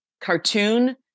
cartoon